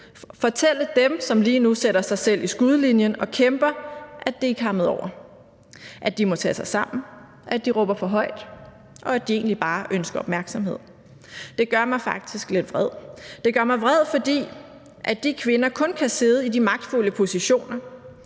fortælle dem, som lige nu sætter sig selv i skudlinjen og kæmper, at det er kammet over; at de må tage sig sammen; at de råber for højt, og at de egentlig bare ønsker opmærksomhed. Det gør mig vred. Det gør mig vred, fordi de kvinder kun kan sidde i de magtfulde positioner,